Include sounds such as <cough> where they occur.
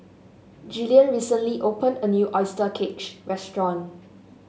Jillian recently opened a new oyster <unintelligible> restaurant